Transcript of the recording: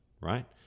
right